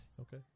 Okay